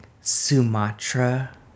Sumatra